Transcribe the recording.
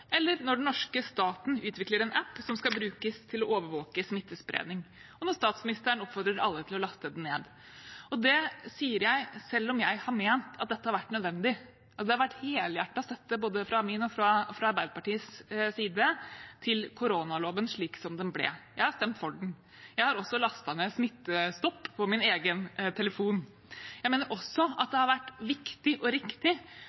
eller når den norske staten utvikler en app som skal brukes til å overvåke smittespredning, og når statsministeren oppfordrer alle til å laste den ned. Det sier jeg selv om jeg har ment at dette har vært nødvendig, og det har vært helhjertet støtte fra både min og Arbeiderpartiets side til koronaloven slik som den ble. Jeg har stemt for den, jeg har også lastet ned Smittestopp på min egen telefon. Jeg mener også at det har vært viktig og riktig